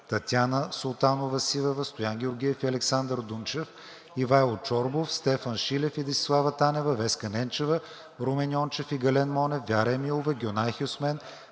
Татяна Султанова-Сивева, Стоян Георгиев и Александър Дунчев; Ивайло Чорбов, Стефан Шилев и Десислава Танева; Веска Ненчева, Румен Йончев и Гален Монев; Вяра Емилова, Гюнай Хюсмен,